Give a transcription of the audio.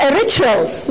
rituals